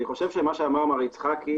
אני חושב שמה שאמר מר יצחקי